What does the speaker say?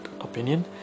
opinion